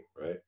right